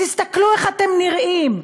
תסתכלו איך אתם נראים?